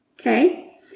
okay